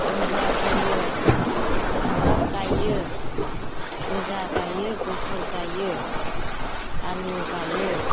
दुन्दिया फोयो सामब्राम गाइयो गोजा गाइयो गुफुर गाइयो आलु गाइयो